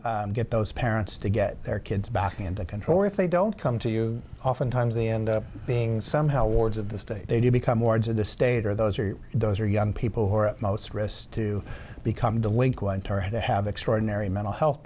them get those parents to get their kids back into control or if they don't come to you oftentimes they end up being somehow wards of the state they do become wards of the state or those are those are young people who are at most risk to become delinquent or had to have extraordinary mental health